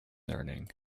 learning